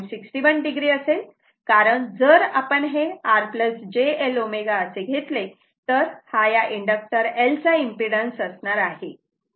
61 o असेल कारण जर आपण हे r j L ω असे घेतले तर हा या इंडक्टर L चा इम्पीडन्स असणार आहे